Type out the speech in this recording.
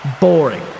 boring